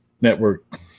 network